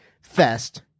fest